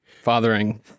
fathering